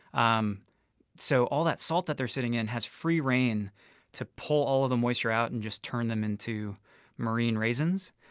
um so, all that salt that they're sitting in has free reign to pull all of the moisture out and turn them into marine raisins.